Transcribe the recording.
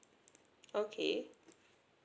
okay